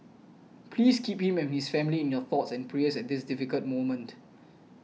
please keep him and his family in your thoughts and prayers this difficult moment